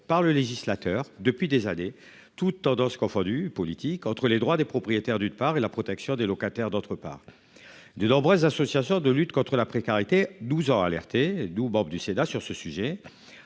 par le législateur depuis des années toutes tendances confondues politique entre les droits des propriétaires d'une part et la protection des locataires d'autre par. De nombreuses associations de lutte contre la précarité, 12 ans. Doux Bob du Sénat sur ce sujet.